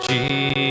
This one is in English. Jesus